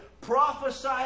prophesy